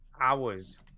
hours